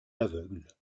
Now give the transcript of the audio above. aveugles